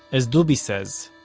as dubi says,